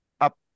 up